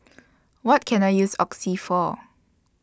What Can I use Oxy For